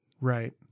Right